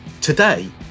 Today